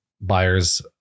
buyers